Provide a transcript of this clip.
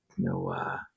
No